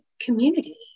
community